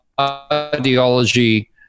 ideology